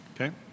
okay